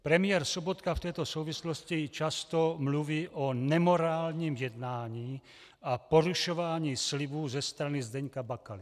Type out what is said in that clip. Premiér Sobotka v této souvislosti často mluví o nemorálním jednání a porušování slibů ze strany Zdeňka Bakaly.